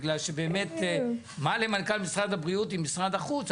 בגלל שבאמת מה למנכ"ל משרד הבריאות עם משרד החוץ,